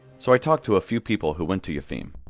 so i talked to a few people who went to yefim.